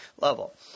level